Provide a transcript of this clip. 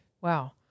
Wow